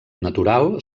natural